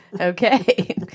okay